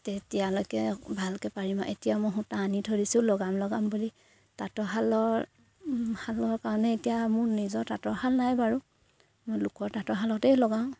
তেতিয়ালৈকে ভালকে পাৰিম এতিয়া মই সূতা আনি থৈ দিছোঁ লগাম লগাম বুলি তাঁতৰশালৰ শালৰ কাৰণে এতিয়া মোৰ নিজৰ তাঁতৰশাল নাই বাৰু মই লোকৰ তাঁতৰশালতেই লগাওঁ